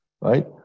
right